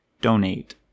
donate